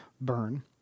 burn